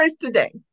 today